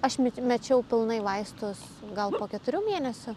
aš me mečiau pilnai vaistus gal po keturių mėnesių